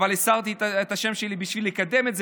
אבל הסרתי את השם שלי בשביל לקדם את זה,